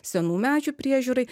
senų medžių priežiūrai